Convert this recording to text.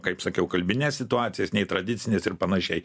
kaip sakiau kalbines situacijas nei tradicinės ir panašiai